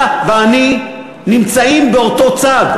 אתה ואני נמצאים באותו צד,